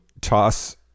toss